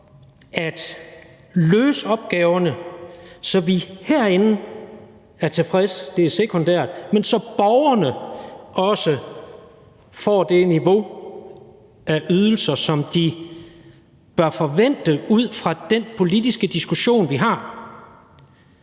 at løse opgaverne, så vi herinde er tilfredse – det er sekundært, men altså så borgerne også får det niveau af ydelser, som de bør forvente ud fra den politiske diskussion, vi har